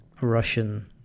Russian